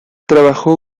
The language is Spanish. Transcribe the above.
trabajó